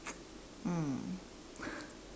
mm